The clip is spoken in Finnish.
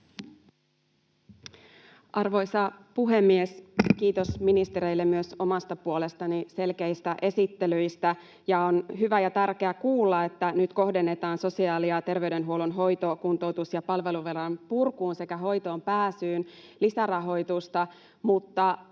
Arvoisa puhemies! Kiitos ministereille myös omasta puolestani selkeistä esittelyistä. On hyvä ja tärkeä kuulla, että nyt kohdennetaan sosiaali‑ ja terveydenhuollon hoito‑, kuntoutus‑ ja palveluvelan purkuun sekä hoitoonpääsyyn lisärahoitusta,